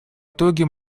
итоге